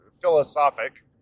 philosophic